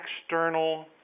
external